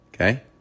Okay